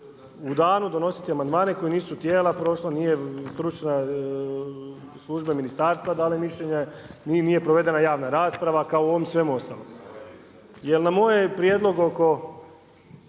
U danu donositi amandmane koji nisu tijela prošla, nije stručna služba ministarstva dala mišljenje, nije provedena javna rasprava kao u ovom svemu ostalom. Jer na moj prijedlog oko